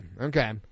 Okay